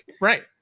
Right